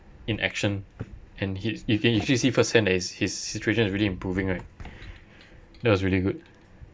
in action and he's you can actually see first hand that his situation is really improving right that was really good